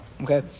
okay